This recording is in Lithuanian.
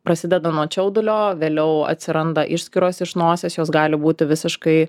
prasideda nuo čiaudulio vėliau atsiranda išskyros iš nosies jos gali būti visiškai